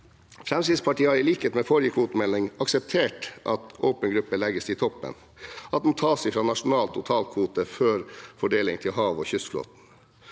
Fremskrittspartiet har i likhet med forrige kvotemelding akseptert at åpen gruppe «tas fra toppen», at den tas fra nasjonal totalkvote før fordeling til hav- og kystflåten,